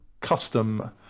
custom